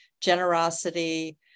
generosity